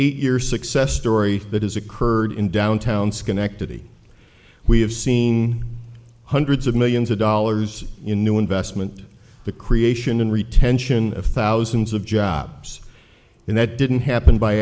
eight year success story that has occurred in downtown schenectady we have seen hundreds of millions of dollars in new investment the creation and retention of thousands of jobs and that didn't happen by